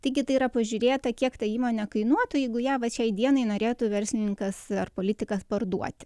taigi tai yra pažiūrėta kiek ta įmonė kainuotų jeigu ją vat šiai dienai norėtų verslininkas ar politikas parduoti